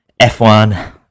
F1